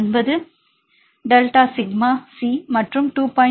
9 delta sigma C மற்றும் 2